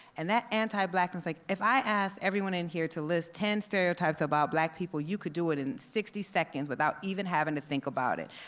and that anti blackness, like if i asked everyone in here to list ten stereotypes about black people, you could do it in sixty seconds without even having to think about it,